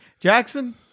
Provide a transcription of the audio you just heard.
Jackson